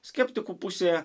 skeptikų pusėje